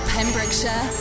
Pembrokeshire